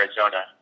Arizona